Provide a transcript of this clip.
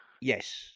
Yes